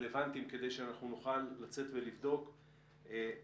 רלוונטיים כדי שאנחנו נוכל לצאת ולבדוק מה